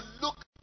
look